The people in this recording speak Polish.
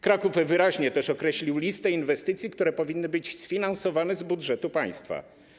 Kraków wyraźnie określił listę inwestycji, które powinny być sfinansowane z budżetu państwa.